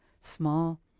small